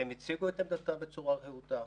והם הציגו את עמדתם בצורה רהוטה,